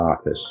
office